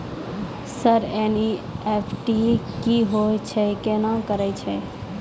Sir NEFT की होय छै, केना करे छै?